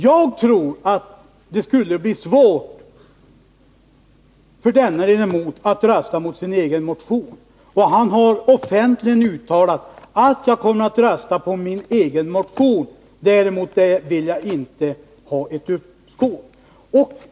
Jag tror att det skulle bli svårt för denne ledamot att rösta mot sin egen motion. Han har offentligt uttalat att ”jag kommer att rösta på min egen motion, däremot vill jag inte ha ett uppskov”.